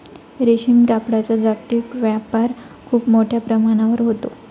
रेशीम कापडाचा जागतिक व्यापार खूप मोठ्या प्रमाणावर होतो